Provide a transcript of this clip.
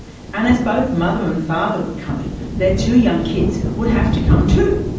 and as both mother and father were coming their two young kids would have to come too,